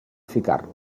ficar